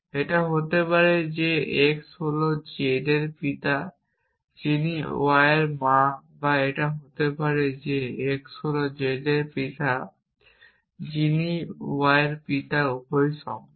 এটা হতে পারে যে x হল z এর পিতা যিনি y এর মা বা এটা হতে পারে যে x হল z এর পিতা যিনি y এর পিতা উভয়ই সম্ভব